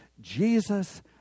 Jesus